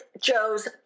Joe's